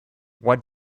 what